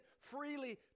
freely